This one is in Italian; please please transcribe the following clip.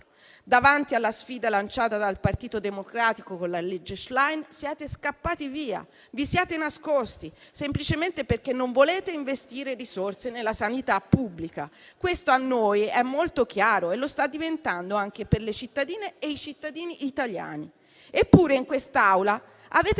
Davanti alla sfida lanciata dal Partito Democratico con la legge Schlein, siete scappati via e vi siete nascosti, semplicemente perché non volete investire risorse nella sanità pubblica. Questo a noi è molto chiaro e lo sta diventando anche per le cittadine e i cittadini italiani. Eppure in quest'Aula avete la